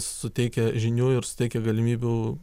suteikia žinių ir suteikia galimybių